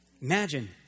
Imagine